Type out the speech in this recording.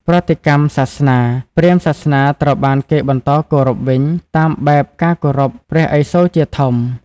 ប្រតិកម្មសាសនា ព្រាហ្មណ៍សាសនាត្រូវបានបន្តគោរពវិញ តាមបែបការគោរពព្រះឥសូរជាធំ។